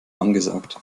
angesagt